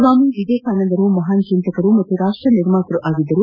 ಸ್ವಾಮಿ ವೇಕಾನಂದರು ಮಹಾನ್ ಚಿಂತಕರು ಹಾಗೂ ರಾಷ್ವ ನಿರ್ಮಾತ್ಯ ಆಗಿದ್ದರು